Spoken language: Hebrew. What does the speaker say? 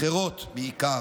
אחרות בעיקר.